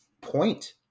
point